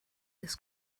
this